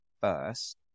first